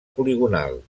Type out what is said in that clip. poligonal